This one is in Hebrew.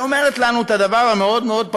שאומרת לנו את הדבר המאוד-מאוד-פשוט.